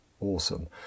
Awesome